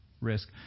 risk